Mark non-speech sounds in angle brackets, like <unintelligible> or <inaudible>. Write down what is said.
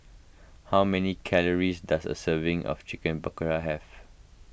how many calories does a serving of Chicken <unintelligible> have